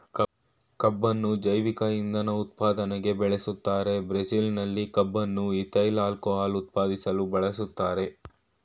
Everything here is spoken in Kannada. ಕಬ್ಬುನ್ನು ಜೈವಿಕ ಇಂಧನ ಉತ್ಪಾದನೆಗೆ ಬೆಳೆಸ್ತಾರೆ ಬ್ರೆಜಿಲ್ನಲ್ಲಿ ಕಬ್ಬನ್ನು ಈಥೈಲ್ ಆಲ್ಕೋಹಾಲ್ ಉತ್ಪಾದಿಸಲು ಬಳಸ್ತಾರೆ